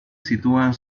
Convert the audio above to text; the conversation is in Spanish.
sitúan